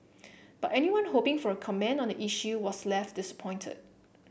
but anyone hoping for a comment on the issue was left disappointed